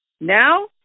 Now